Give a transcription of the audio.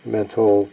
mental